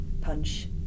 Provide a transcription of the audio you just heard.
punch